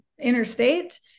interstate